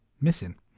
missing